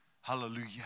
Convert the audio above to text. Hallelujah